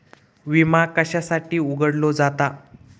विमा कशासाठी उघडलो जाता?